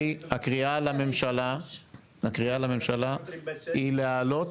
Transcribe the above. הקריאה לממשלה היא להעלות